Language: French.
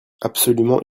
absolument